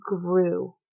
grew